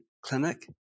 clinic